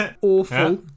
awful